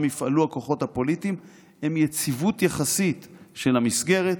יפעלו הכוחות הפוליטיים הם יציבות יחסית של המסגרת,